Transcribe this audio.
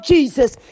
Jesus